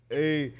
Hey